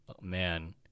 man